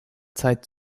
zeit